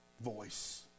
voice